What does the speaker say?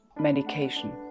medication